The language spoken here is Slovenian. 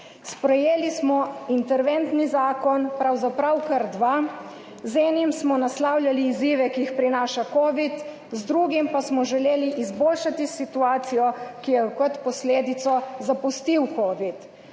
Sprejeli smo interventni zakon, pravzaprav kar dva, z enim smo naslavljali izzive, ki jih prinaša covid, z drugim pa smo želeli izboljšati situacijo, ki jo je kot posledico zapustil covid.